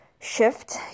shift